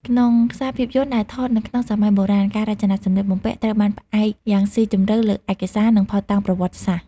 ក្នុងខ្សែភាពយន្តដែលថតនៅក្នុងសម័យបុរាណ ការរចនាសម្លៀកបំពាក់ត្រូវបានផ្អែកយ៉ាងស៊ីជម្រៅលើឯកសារ និងភស្តុតាងប្រវត្តិសាស្ត្រ ។